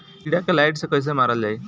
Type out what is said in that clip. कीड़ा के लाइट से कैसे मारल जाई?